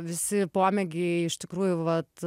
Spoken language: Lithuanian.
visi pomėgiai iš tikrųjų vat